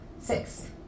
six